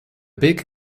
big